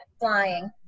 flying